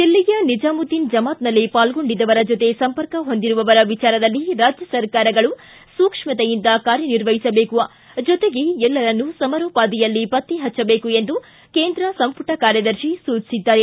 ದಿಲ್ಲಿಯ ನಿಜಾಮುದ್ದಿನ ಜಮಾತ್ನಲ್ಲಿ ಪಾಲ್ಗೊಂಡಿದ್ದವರ ಜೊತೆ ಸಂಪರ್ಕ ಹೊಂದಿರುವವರ ವಿಚಾರದಲ್ಲಿ ರಾಜ್ಯ ಸರ್ಕಾರಗಳು ಸೂಕ್ಷ್ಮತೆಯಿಂದ ಕಾರ್ಯ ನಿರ್ವಹಿಸಬೇಕು ಜೊತೆಗೆ ಎಲರನ್ನು ಸಮರೋಪಾದಿಯಲ್ಲಿ ಪತ್ತೆ ಪಚ್ಚದೇಕು ಎಂದು ಕೇಂದ್ರ ಸಂಪುಟ ಕಾರ್ಯದರ್ಶಿ ಸೂಚಿಸಿದ್ದಾರೆ